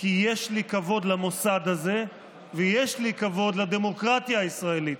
כי יש לי כבוד למוסד הזה ויש לי כבוד לדמוקרטיה הישראלית.